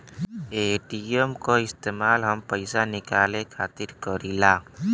ATM क इस्तेमाल हम पइसा निकाले खातिर करीला